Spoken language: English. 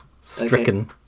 stricken